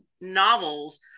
novels